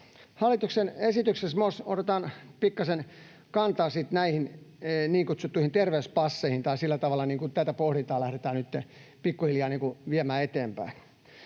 hallituksen esityksessä myös otetaan pikkasen kantaa näihin niin kutsuttuihin terveyspasseihin tai sillä tavalla tätä pohdintaa lähdetään nytten pikkuhiljaa viemään eteenpäin.